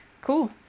Cool